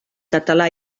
català